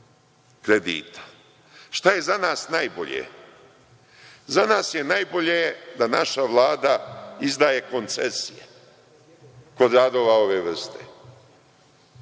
kredita. Šta je za nas najbolje? Za nas je najbolje da naša Vlada izdaje koncesije kod radova ove vrste.